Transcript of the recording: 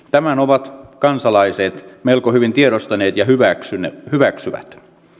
tämän ovat kansalaiset melko hyvin tiedostaneet ja hyväksyvät